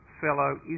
fellow